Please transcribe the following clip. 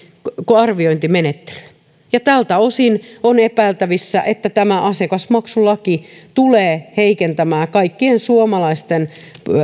arviointimenettelyyn ja tältä osin on epäiltävissä että tämä asiakasmaksulaki tulee heikentämään kaikkien suomalaisten